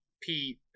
Pete